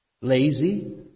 Lazy